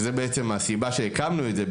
שזו בעצם הסיבה שהקמנו את זה,